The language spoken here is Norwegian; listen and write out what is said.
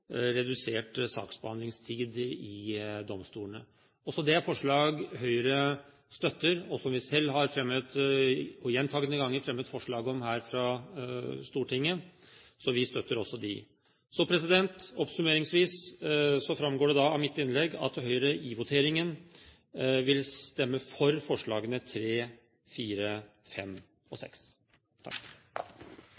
redusert saksbehandlingstid i domstolene. Også det er forslag Høyre støtter, og som vi selv gjentatte ganger har fremmet forslag om her i Stortinget. Så vi støtter også disse. Oppsummeringsvis framgår det da av mitt innlegg at Høyre i voteringen vil stemme for forslagene nr. 3, 4, 5 og